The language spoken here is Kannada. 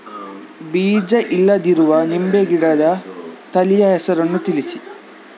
ಬೀಜ ಇಲ್ಲದಿರುವ ನಿಂಬೆ ಗಿಡದ ತಳಿಯ ಹೆಸರನ್ನು ತಿಳಿಸಿ?